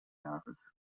jahres